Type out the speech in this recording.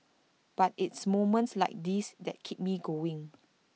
but it's moments like this that keep me going